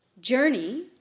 journey